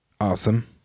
Awesome